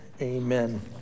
amen